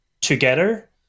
together